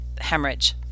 hemorrhage